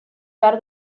behar